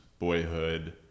Boyhood